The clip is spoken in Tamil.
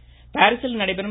டென்னிஸ் பாரிஸில் நடைபெறும்